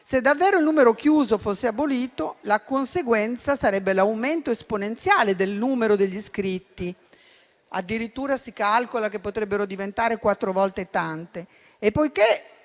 Se davvero il numero chiuso fosse abolito, la conseguenza sarebbe l'aumento esponenziale del numero degli iscritti. Addirittura, si calcola che potrebbero diventare quattro volte tanto.